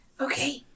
Okay